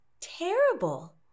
terrible